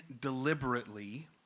deliberately